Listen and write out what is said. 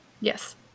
Yes